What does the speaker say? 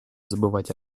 забывать